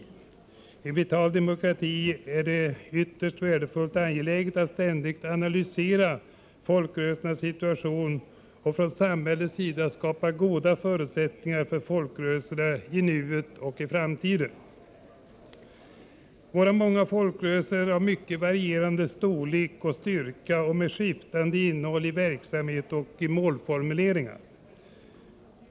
I en vital demokrati är det ytterst angeläget att ständigt analysera folkrörelsernas situation och att från samhällets sida skapa goda förutsättningar för folkrörelserna i nuet och framtiden. Våra många folkrörelser är av mycket varierande storlek och styrka och har skiftande innehåll i verksamhet och målformuleringar.